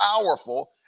powerful